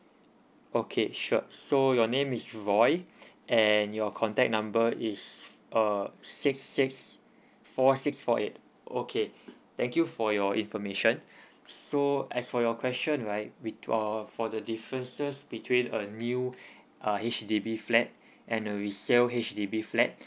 okay sure so your name is roy and your contact number is uh six six four six four eight okay thank you for your information so as for your question right we d~ err for the differences between a new uh H_D_B flat and a resale H_D_B flat